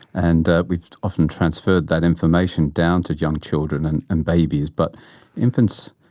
and ah we've often transferred that information down to young children and and babies. but infants,